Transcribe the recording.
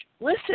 listen